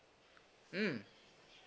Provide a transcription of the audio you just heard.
mm